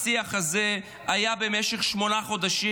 השיח הזה היה במשך שמונה חודשים,